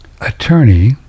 attorney